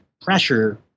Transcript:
pressure